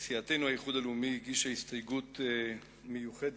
סיעתנו, האיחוד הלאומי, הגישה הסתייגות מיוחדת